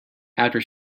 after